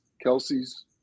Kelsey's